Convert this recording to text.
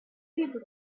people